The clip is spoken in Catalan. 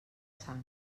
sang